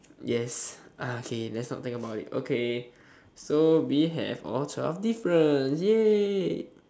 yes ah okay let's not think about it okay so we have all twelve difference !yay!